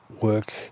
work